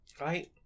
Right